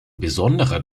besonderer